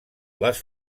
les